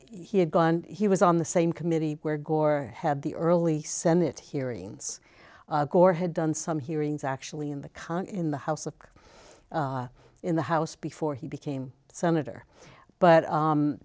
he had gone he was on the same committee where gore had the early senate hearings gore had done some hearings actually in the congo in the house of in the house before he became senator but